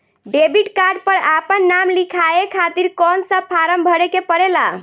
Debit card पर आपन नाम लिखाये खातिर कौन सा फारम भरे के पड़ेला?